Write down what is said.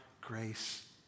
grace